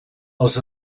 els